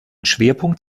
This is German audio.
schwerpunkt